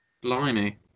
Blimey